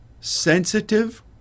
sensitive